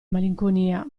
malinconia